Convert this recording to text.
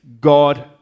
God